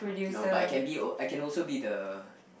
no but I can be uh I can also be the